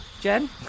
Jen